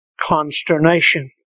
consternation